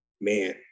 man